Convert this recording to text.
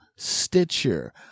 Stitcher